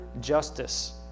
justice